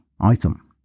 item